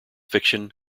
fiction